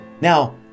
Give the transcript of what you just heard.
Now